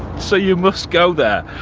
so you must go there,